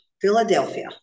Philadelphia